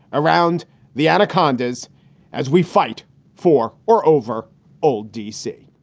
around the anaconda's as we fight for or over old d c.